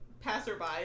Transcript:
passerby